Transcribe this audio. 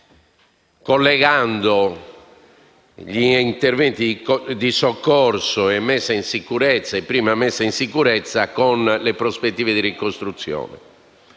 collegando gli interventi di soccorso e prima messa in sicurezza con le prospettive di ricostruzione.